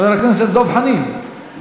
חבר הכנסת דב חנין,